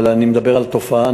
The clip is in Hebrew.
אבל אני מדבר על תופעה.